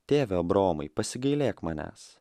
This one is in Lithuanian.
tėve abraomai pasigailėk manęs